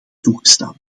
toegestaan